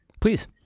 Please